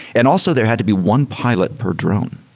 and also, there had to be one pilot per drone.